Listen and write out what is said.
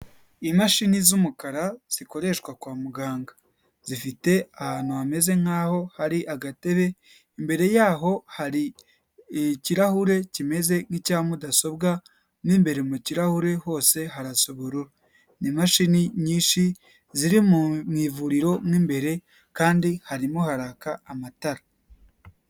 Imashini z'umukara zikoreshwa kwa muganga zifite ahantu hameze nk'aho hari agatebe. Imbere yaho hari ikirahure kimeze nk'icya mudasobwa, mu imbere mu kirahure hose harasa ubururu. Ni imashini nyinshi ziri mu ivuriro mu imbere kandi harimo haraka amatara.